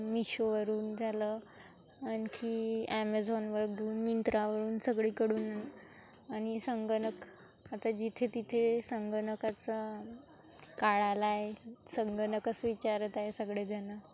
मिशोवरून झालं आणखी ॲमेझॉनवरून मिंत्रावरून सगळीकडून आणि संगणक आता जिथे तिथे संगणकाचा काळ आला आहे संगणकच विचारत आहे सगळेजण